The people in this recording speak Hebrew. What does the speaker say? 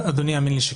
אדוני, האמן לי שכן.